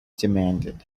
demanded